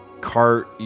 cart